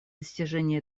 достижения